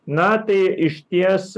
na tai išties